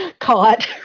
caught